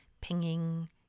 pinging